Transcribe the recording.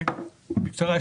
בקצרה,